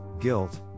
guilt